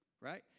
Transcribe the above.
Right